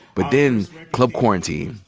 but then club quarantine.